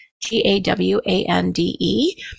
G-A-W-A-N-D-E